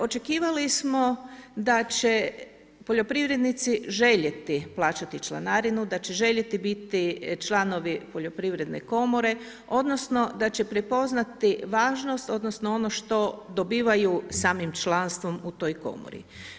Očekivali smo da će poljoprivrednici željeti plaćati članarinu, da će željeli biti članovi poljoprivredne komore, odnosno da će prepoznati važnost, odnosno ono što dobivaju samim članstvom u toj komori.